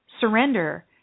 surrender